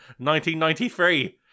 1993